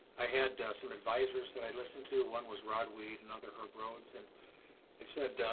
i had done some advisors that i'd listened to. one was rod weed, another herb rhodes. and they said,